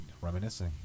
Reminiscing